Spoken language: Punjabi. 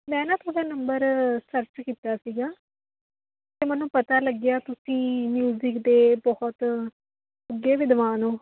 ਮੈਂ ਨਾ ਤੁਹਾਡਾ ਨੰਬਰ ਸਰਚ ਕੀਤਾ ਸੀ ਅਤੇ ਮੈਨੂੰ ਪਤਾ ਲੱਗਿਆ ਤੁਸੀਂ ਮਿਊਜ਼ਿਕ ਦੇ ਬਹੁਤ ਉੱਘੇ ਵਿਦਵਾਨ ਓ